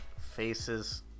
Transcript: faces